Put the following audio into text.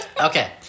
Okay